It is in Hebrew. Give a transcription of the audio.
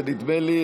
ונדמה לי,